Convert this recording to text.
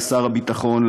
לשר הביטחון,